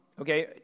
okay